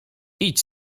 idź